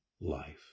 life